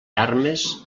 armes